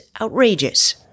outrageous